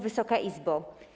Wysoka Izbo!